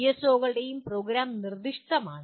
പിഎസ്ഒകളും പ്രോഗ്രാം നിർദ്ദിഷ്ടമാണ്